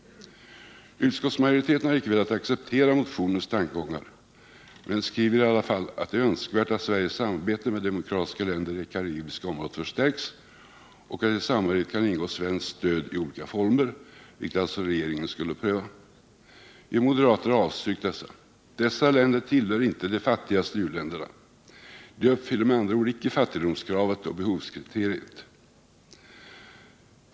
Utskottsmajoriteten har icke velat acceptera motionens tankegångar men skriver i alla fall att det är önskvärt att Sveriges samarbete med demokratiska länder i det karibiska området förstärks och att i samarbetet kan ingå svenskt stöd i olika former, vilket alltså regeringen skulle pröva. Vi moderater har avstyrkt detta. Dessa länder tillhör inte de fattigaste u-länderna. De uppfyller med andra ord icke fattigdomskravet och behovskriteriet.